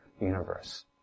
universe